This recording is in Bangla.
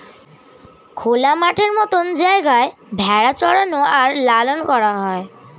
খোলা মাঠের মত জায়গায় ভেড়া চরানো আর লালন করা হয়